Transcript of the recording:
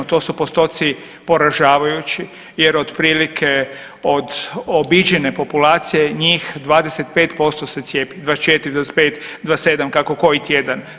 To su postoci poražavajući jer otprilike od obiđene populacije njih 25% se cijepi, 24, 25, 27 kako koji tjedan.